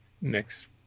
next